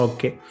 Okay